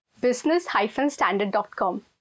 business-standard.com